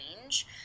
range